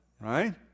Right